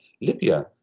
Libya